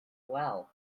well